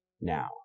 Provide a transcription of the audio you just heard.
now